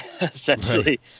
essentially